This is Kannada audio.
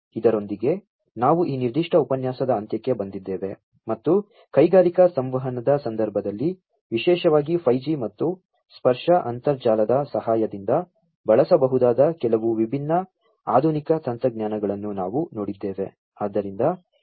ಇದರೊಂದಿಗೆ ನಾವು ಈ ನಿರ್ದಿಷ್ಟ ಉಪನ್ಯಾಸದ ಅಂತ್ಯಕ್ಕೆ ಬಂದಿದ್ದೇವೆ ಮತ್ತು ಕೈಗಾರಿಕಾ ಸಂವಹನದ ಸಂದರ್ಭದಲ್ಲಿ ವಿಶೇಷವಾಗಿ 5G ಮತ್ತು ಸ್ಪರ್ಶ ಅಂತರ್ಜಾಲದ ಸಹಾಯದಿಂದ ಬಳಸಬಹುದಾದ ಕೆಲವು ವಿಭಿನ್ನ ಆಧುನಿಕ ತಂತ್ರಜ್ಞಾನಗಳನ್ನು ನಾವು ನೋಡಿದ್ದೇವೆ